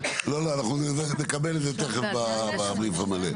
אנחנו נקבל את זה תכף בבריף המלא.